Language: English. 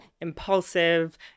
impulsive